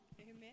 Amen